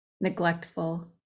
neglectful